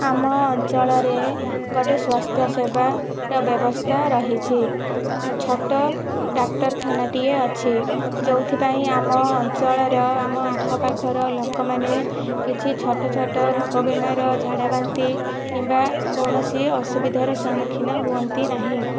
ଆମ ଅଞ୍ଚଳରେ ଗୋଟିଏ ସ୍ଵାସ୍ଥ୍ୟସେବାର ବ୍ୟବସ୍ଥା ରହିଛି ଛୋଟ ଡାକ୍ଟରଖାନାଟିଏ ଅଛି ଯେଉଁଥିପାଇଁ ଆମ ଅଞ୍ଚଳର ଆମ ଆଖପାଖର ଲୋକମାନେ କିଛି ଛୋଟ ଛୋଟ ରୋଗ ବେମାର ଝାଡ଼ା ବାନ୍ତି କିମ୍ବା କୌଣସି ଅସୁବିଧାର ସମ୍ମୁଖୀନ ହୁଅନ୍ତି ନାହିଁ